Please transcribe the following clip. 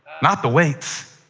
not the weights.